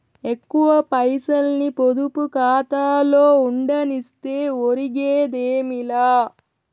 ఎక్కువ పైసల్ని పొదుపు కాతాలో ఉండనిస్తే ఒరిగేదేమీ లా